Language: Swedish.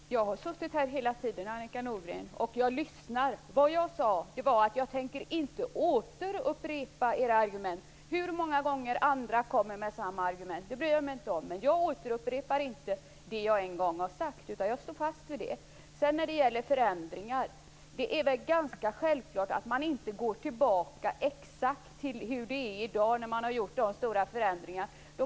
Herr talman! Jag har suttit här hela tiden, Annika Nordgren. Jag lyssnar. Jag sade att jag inte tänker återupprepa era argument. Jag bryr mig inte om hur många gånger andra återkommer med samma argument. Jag återupprepar inte det jag en gång har sagt. Jag står fast vid det. Sedan var det frågan om förändringar. Det är väl ganska självklart att man inte går tillbaka exakt till hur det är i dag när stora förändringar har gjorts.